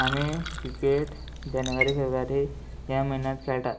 आमी क्रिकेट जानेवारी फेब्रुवारी ह्या म्हयन्यांत खेळटात